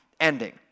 Ending